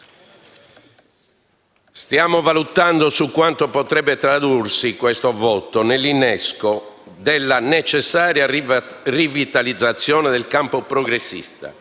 Stiamo valutando su quanto esso potrebbe tradursi nell'innesco della necessaria rivitalizzazione del campo progressista,